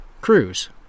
cruise